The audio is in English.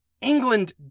england